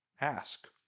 Ask